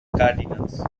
cardinals